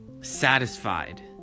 satisfied